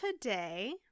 today